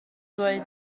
ddweud